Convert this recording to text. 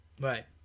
Right